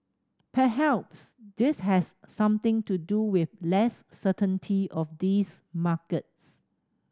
perhaps this has something to do with less certainty of these markets